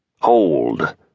Hold